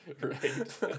Right